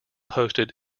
posted